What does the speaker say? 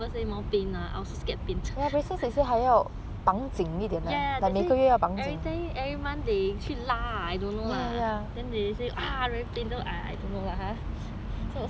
scared pain ya ya that's why everytime every month 他们去拉 lah I don't know lah then they say very pain ah I don't know lah that's why I a bit worried